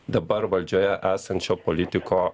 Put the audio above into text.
dabar valdžioje esančio politiko